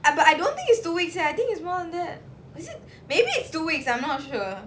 ah but I don't think it's two weeks leh I think is more than that is it maybe it's two weeks I'm not sure